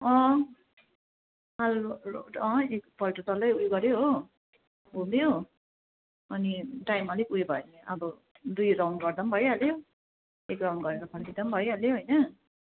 अँ एकपल्ट डल्लै ऊ गऱ्यो हो घुम्यो अनि टाइम अलिक ऊ यो भयो भने अब दुई राउन्ड गर्दा पनि भइहाल्यो एक राउन्ड गरेर फर्किँदा पनि भइहाल्यो होइन